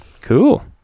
Cool